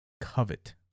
Covet